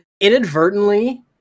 inadvertently